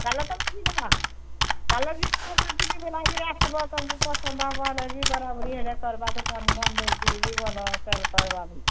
ଚାଲ ତ କି ହେବ ଚାଲ ବୁଲାବୁଲି କରି ଆସିବ ତୁମକୁ ପସନ୍ଦ ହେବ ହେଲେ କି କରିବା ଦୋକାନକୁ ବନ୍ଦ ହେଇ କିରି ବି ଭଲ ବାନ୍ଧି